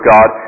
God